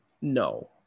no